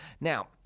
Now